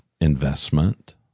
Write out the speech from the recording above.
investment